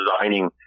designing